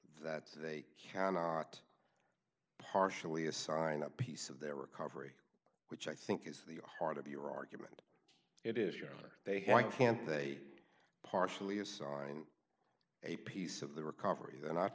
that they cannot partially assign a piece of their recovery which i think is the heart of your argument it is your honor they why can't they partially assign a piece of the recovery th